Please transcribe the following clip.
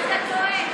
אתה טועה.